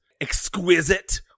exquisite